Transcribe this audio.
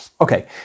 Okay